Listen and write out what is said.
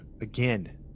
again